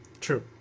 True